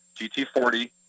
GT40